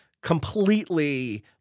completely